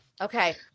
Okay